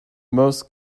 most